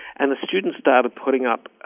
and the students started putting up,